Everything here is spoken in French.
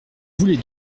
voulez